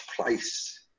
place